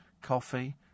coffee